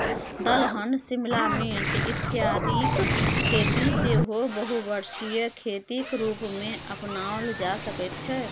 दलहन शिमला मिर्च इत्यादिक खेती सेहो बहुवर्षीय खेतीक रूपमे अपनाओल जा सकैत छै